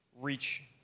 reach